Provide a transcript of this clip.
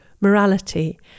morality